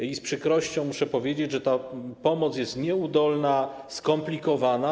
I z przykrością muszę powiedzieć, że ta pomoc jest nieudolna, skomplikowana.